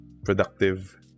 Productive